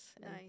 Nice